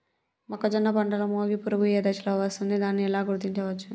మొక్కజొన్న పంటలో మొగి పురుగు ఏ దశలో వస్తుంది? దానిని ఎలా గుర్తించవచ్చు?